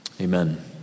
Amen